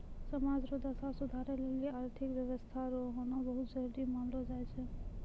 समाज रो दशा सुधारै लेली आर्थिक व्यवस्था रो होना बहुत जरूरी मानलौ जाय छै